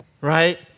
right